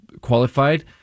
qualified